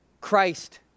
Christ